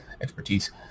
expertise